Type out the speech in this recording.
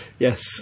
Yes